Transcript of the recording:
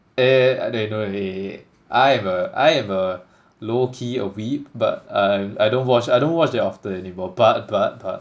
eh they know already I am a I am a low key a weeb but um I don't watch I don't watch it often anymore but but but